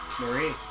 Marie